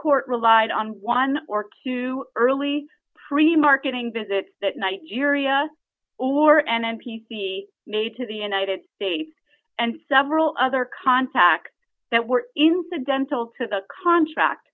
court relied on one or two early pre marketing visits that night your ia or an n p c made to the united states and several other contacts that were incidental to the contract